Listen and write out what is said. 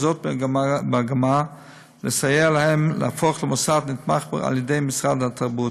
וזאת במגמה לסייע להם להפוך למוסד נתמך על-ידי משרד התרבות.